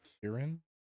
kieran